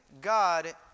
God